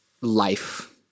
life